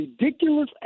ridiculous